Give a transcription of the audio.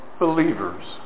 believers